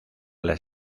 las